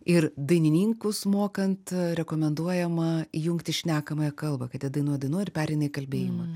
ir dainininkus mokant rekomenduojama jungti šnekamąją kalbą kad jie dainuoja dainuoja ir pereina į kalbėjimą